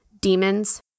demons